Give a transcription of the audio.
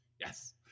Yes